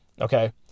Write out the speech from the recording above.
Okay